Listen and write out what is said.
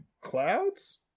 clouds